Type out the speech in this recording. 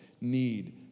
need